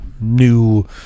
new